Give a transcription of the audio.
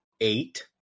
eight